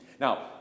Now